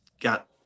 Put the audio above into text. got